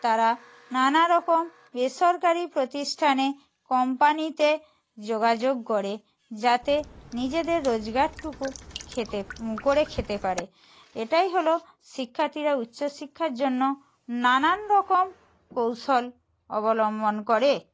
তারা নানা রকম বেসরকারি প্রতিষ্ঠানে কম্পানিতে যোগাযোগ করে যাতে নিজেদের রোজগার টুকু খেতে করে খেতে পারে এটাই হলো শিক্ষার্থীরা উচ্চশিক্ষার জন্য নানান রকম কৌশল অবলম্বন করে